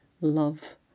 love